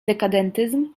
dekadentyzm